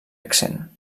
accent